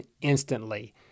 instantly